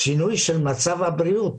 משינוי של מצב הבריאות,